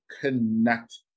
connect